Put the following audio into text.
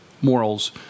morals